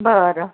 बरं